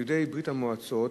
יהודי ברית-המועצות,